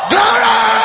Glory